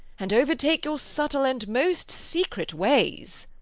and overtake your subtle and most secret ways.